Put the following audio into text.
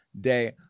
day